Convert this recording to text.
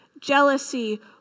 Jealousy